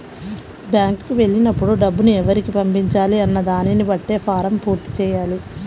బ్యేంకుకి వెళ్ళినప్పుడు డబ్బుని ఎవరికి పంపించాలి అన్న దానిని బట్టే ఫారమ్ పూర్తి చెయ్యాలి